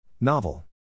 Novel